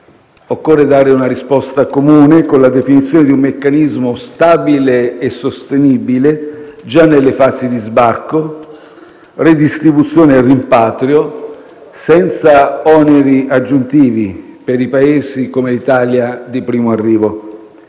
Occorre dare una risposta comune, con la definizione di un meccanismo stabile e sostenibile già nelle fasi di sbarco, redistribuzione e rimpatrio, senza oneri aggiuntivi per i Paesi come l'Italia di primo arrivo.